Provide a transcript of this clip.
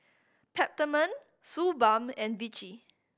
Peptamen Suu Balm and Vichy